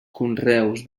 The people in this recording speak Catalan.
conreus